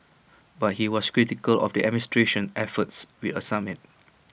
but he was critical of the administration efforts with A summit